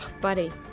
buddy